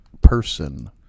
person